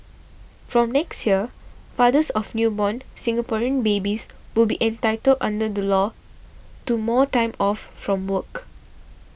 from next year fathers of newborn Singaporean babies will be entitled under the law to more time off from work